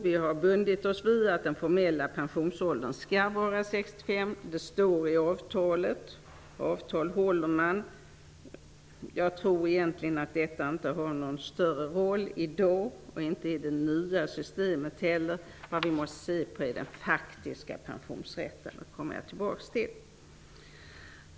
Vi har bundit oss vid att den formella pensionsåldern skall vara 65 år. Det står i avtalet, och avtal skall hållas. Jag tror att detta egentligen inte spelar någon större roll i dag och inte heller i det nya systemet. Vi måste se på den faktiska pensionsrätten, och den skall jag återkomma till.